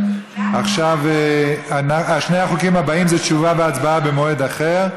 שני החוקים הבאים הם עם תשובה והצבעה במועד אחר.